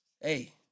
Hey